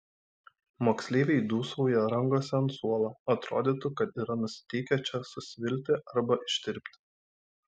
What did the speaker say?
moksleiviai dūsauja rangosi ant suolo atrodytų kad yra nusiteikę čia susvilti arba ištirpti